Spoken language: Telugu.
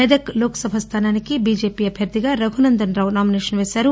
మెదక్ లోక్సభ స్థానానికి బిజెపి అభ్యర్థిగా రఘునందన్రావు నామినేషన్ వేశారు